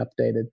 updated